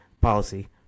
policy